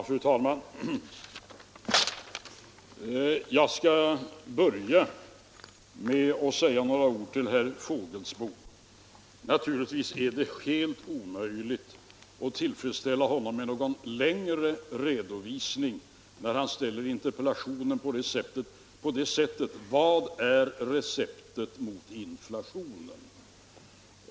Fru talman! Jag skall börja med att säga några ord till herr Fågelsbo. Naturligtvis är det helt omöjligt att tillfredsställa honom med någon längre redovisning när han ställer interpellationen på det sättet: Vad är receptet mot inflationen?